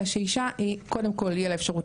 אלא שאישה היא קודם כל יהיה לה אפשרות